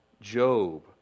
Job